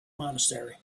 monastery